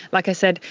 like i said,